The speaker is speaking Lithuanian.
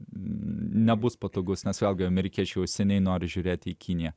nebus patogus nes vėlgi amerikiečių seniai nori žiūrėti į kiniją